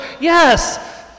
Yes